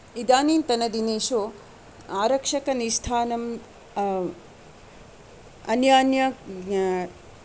इदानींतन दिनेषु आरक्षकनिस्थानं अन्यान्य